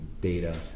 data